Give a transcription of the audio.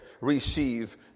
receive